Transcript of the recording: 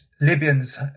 Libyans